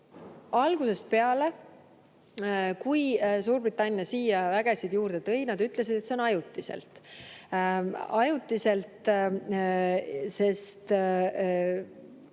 viia. Algusest peale, kui Suurbritannia siia vägesid juurde tõi, ütlesid nad, et see on ajutiselt. Ajutiselt, sest